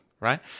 Right